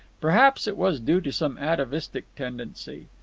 perhaps it was due to some atavistic tendency.